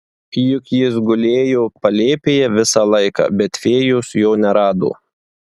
juk jis gulėjo palėpėje visą laiką bet fėjos jo nerado